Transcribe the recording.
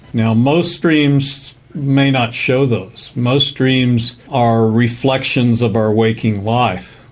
now, most dreams may not show those. most dreams are reflections of our waking life.